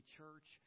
church